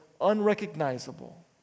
unrecognizable